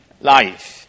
life